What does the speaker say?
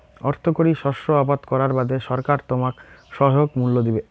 অর্থকরী শস্য আবাদ করার বাদে সরকার তোমাক সহায়ক মূল্য দিবে